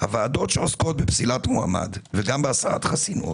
הוועדות שעוסקות בפסילת מועמד וגם בהסרת חסינות